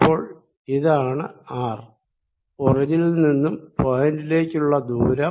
അപ്പോൾ ഇതാണ് r ഒറിജിനിൽ നിന്നും പോയിന്റി വിലേക്ക് ഉള്ള ദൂരം